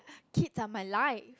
kids are my life